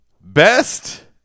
Best